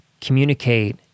communicate